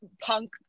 punk